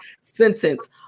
sentence